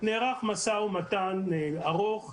נערך משא ומתן ארוך,